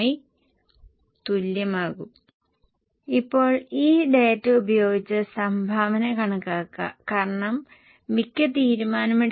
ഇപ്പോൾ വിൽപ്പനയ്ക്ക് നേരിട്ട് നൽകിയിരിക്കുന്നത് 5887 അതിനാൽ നിങ്ങൾക്ക് പ്രവർത്തന ലാഭം 822 മറ്റ് വരുമാനം 104